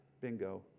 bingo